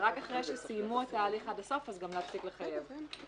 ורק אחרי שסיימו את ההליך עד הסוף אז גם להפסיק לחייב את הלקוחות.